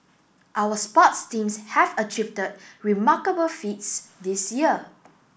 our sports teams have remarkable feats this year